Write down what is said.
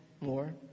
more